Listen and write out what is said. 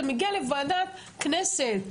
אתה מגיע לוועדת כנסת.